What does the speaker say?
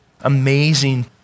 amazing